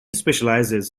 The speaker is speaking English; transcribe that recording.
specialises